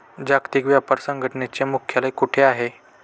जागतिक व्यापार संघटनेचे मुख्यालय कुठे आहे?